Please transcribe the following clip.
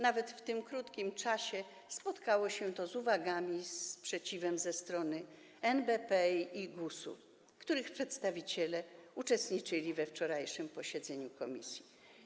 Nawet w tym krótkim czasie spotkało się to z uwagami i sprzeciwem ze strony NBP i GUS-u, których przedstawiciele uczestniczyli we wczorajszym posiedzeniu komisji.